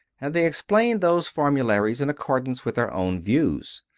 and they explain those formu laries in accordance with their own views.